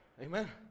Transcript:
Amen